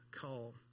call